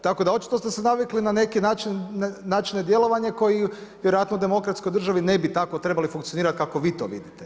Tako da, očito ste se navikli na neki način, načine djelovanja, koji vjerojatno u demokratskoj državi ne bi tako trebali funkcionirati kako vi to vidite.